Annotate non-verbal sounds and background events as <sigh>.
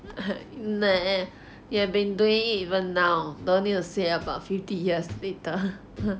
<noise> you have been doing it even now don't need to say about fifty years later